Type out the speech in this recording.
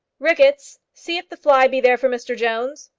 ricketts, see if the fly be there for mr jones.